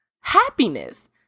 happiness